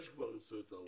יש כבר נישואי תערובת.